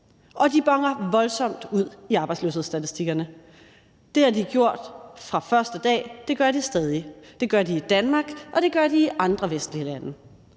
og de boner voldsomt ud i arbejdsløshedsstatistikkerne. Det har de gjort fra første dag, og det gør de stadig væk. Det gør de i Danmark, og det gør de i andre vestlige lande.